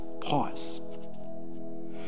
Pause